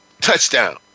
touchdown